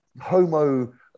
homo